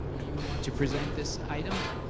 you want to present this item?